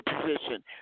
position